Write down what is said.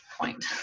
point